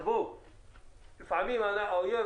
לפעמים האויב